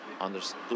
understood